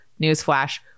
newsflash